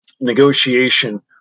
Negotiation